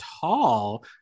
tall